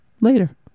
later